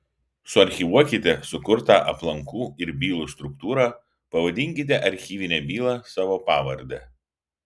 suarchyvuokite sukurtą aplankų ir bylų struktūrą pavadinkite archyvinę bylą savo pavarde